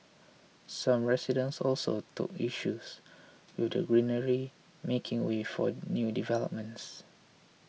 some residents also took issues with the greenery making way for new developments